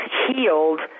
healed